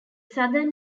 southern